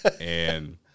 and-